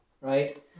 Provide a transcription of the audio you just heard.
right